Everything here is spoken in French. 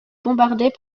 bombardée